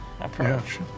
approach